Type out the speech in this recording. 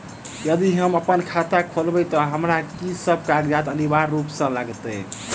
यदि हम अप्पन खाता खोलेबै तऽ हमरा की सब कागजात अनिवार्य रूप सँ लागत?